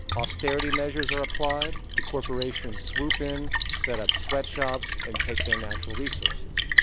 austerity measures are applied, the corporations swoop in. set up sweatshops and take their natural resources.